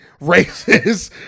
racist